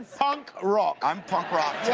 punk rock! um punk rock